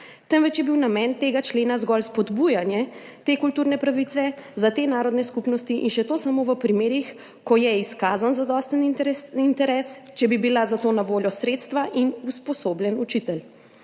temveč je bil namen tega člena zgolj spodbujanje te kulturne pravice za te narodne skupnosti, in še to samo v primerih, ko je izkazan zadosten interes, če bi bila za to na voljo sredstva in usposobljen učitelj.